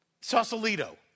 Sausalito